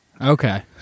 Okay